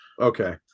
okay